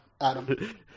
Adam